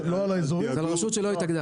רלוונטי לכם,